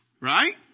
right